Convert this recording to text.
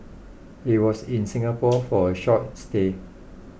he was in Singapore for a short stay